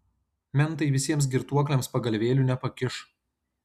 mentai visiems girtuokliams pagalvėlių nepakiš